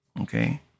Okay